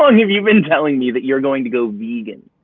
long have you been telling me that you're going to go vegan?